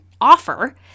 offer